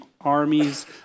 armies